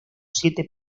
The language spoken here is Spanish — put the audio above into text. siete